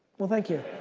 well thank you.